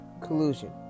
collusion